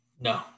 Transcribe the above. No